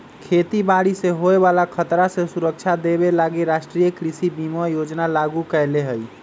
खेती बाड़ी से होय बला खतरा से सुरक्षा देबे लागी राष्ट्रीय कृषि बीमा योजना लागू कएले हइ